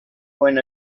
when